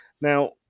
Now